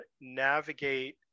navigate